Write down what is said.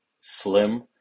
slim